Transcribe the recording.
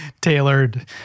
tailored